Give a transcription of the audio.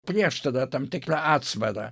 prieštarą tam tikrą atsvarą